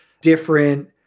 different